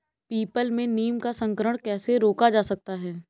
People में नीम का संकरण कैसे रोका जा सकता है?